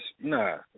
Nah